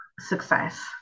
success